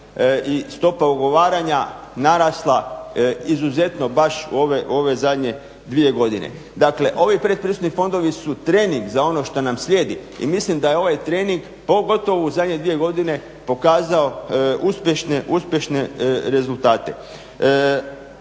i stopa ugovaranja narasla izuzetno baš u ove zadnje dvije godine. Dakle ovi pretpristupni fondovi su trening za ono što nam slijedi i mislim da je ovaj trening pogotovo u zadnje dvije godine pokazao uspješne rezultate.